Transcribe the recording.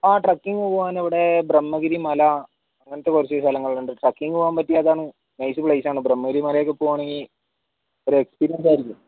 ആ ട്രക്കിങ് പോകാൻ ഇവിടെ ബ്രഹ്മഗിരി മല അങ്ങനത്തെ കുറച്ച് സ്ഥലങ്ങളുണ്ട് ട്രക്കിങ് പോകാൻ പറ്റിയതാണ് നൈസ് പ്ലേസാണ് ബ്രഹ്മഗിരി മലയൊക്കെ പോവാണെങ്കിൽ ഒരു എക്സ്പീരിയൻസായിരിക്കും